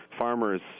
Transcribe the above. farmers